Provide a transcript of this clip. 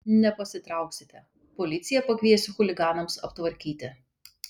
nepasitrauksite policiją pakviesiu chuliganams aptvarkyti